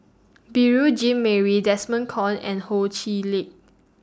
Beurel Jean Marie Desmond Kon and Ho Chee Lick